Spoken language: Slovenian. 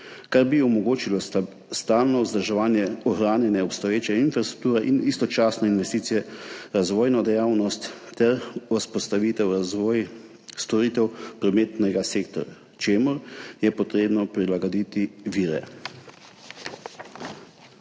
kar bi omogočilo stalno vzdrževanje, ohranjanje obstoječe infrastrukture in istočasno investicije v razvojno dejavnost ter vzpostavitev, razvoj storitev prometnega sektorja, čemur je potrebno prilagoditi vire.